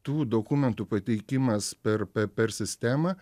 tų dokumentų pateikimas per pe per sistemą